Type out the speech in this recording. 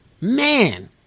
man